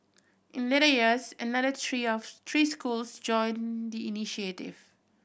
in later years another three schools joined the initiative